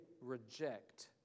reject